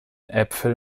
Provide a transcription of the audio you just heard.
äpfel